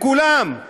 לכולם.